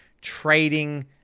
trading